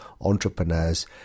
entrepreneurs